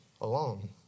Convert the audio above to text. alone